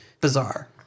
bizarre